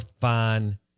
fine